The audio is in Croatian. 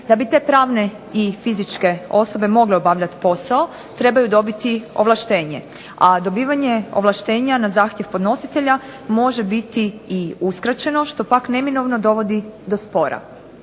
Da bi te pravne i fizičke osobe mogle obavljati posao trebaju dobiti ovlaštenje, a dobivanje ovlaštenja na zahtjev podnositelja može biti i uskraćeno što pak neminovno dovodi do spora.